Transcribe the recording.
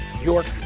York